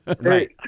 Right